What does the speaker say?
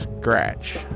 Scratch